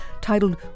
titled